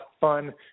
fun